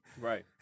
right